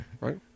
Right